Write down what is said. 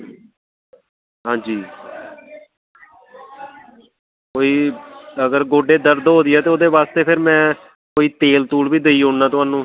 हां जी कोई अगर गोड्डे दर्द होआ दी ऐ तेओह्दे बास्ते फिर में कोई तेल तूल बी देी ओड़नां तोहानूं